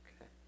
Okay